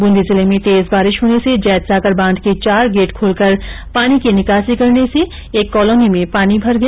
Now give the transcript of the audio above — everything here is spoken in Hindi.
बूंदी जिले में तेज बारिश होने से जैत सागर बांध के चार गेट खोलकर पानी की निकासी करने से महावीर कॉलोनी में पानी भर गया